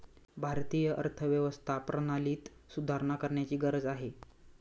भारतीय अर्थव्यवस्था प्रणालीत सुधारणा करण्याची गरज आहे